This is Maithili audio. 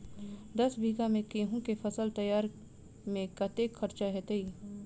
दस बीघा मे गेंहूँ केँ फसल तैयार मे कतेक खर्चा हेतइ?